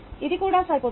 అది కూడా సరిపోతుంది